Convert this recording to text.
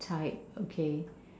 type okay